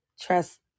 trust